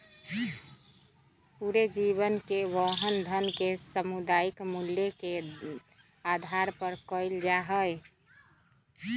पूरे जीवन के वहन धन के सामयिक मूल्य के आधार पर कइल जा हई